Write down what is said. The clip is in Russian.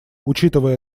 учитывая